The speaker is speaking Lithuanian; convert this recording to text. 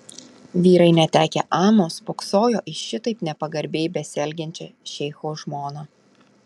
vyrai netekę amo spoksojo į šitaip nepagarbiai besielgiančią šeicho žmoną